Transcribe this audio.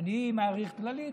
אני מאריך כללית,